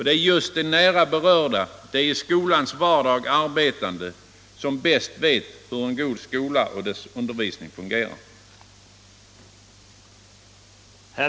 Det är just de nära berörda, de i skolans vardag arbetande, som bäst vet hur en god skola och dess undervisning fungerar.